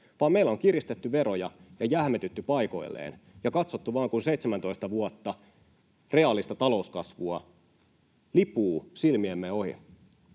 vaan meillä on kiristetty veroja ja jähmetytty paikoilleen ja katsottu vaan, kun 17 vuotta reaalista talouskasvua lipuu silmiemme ohi.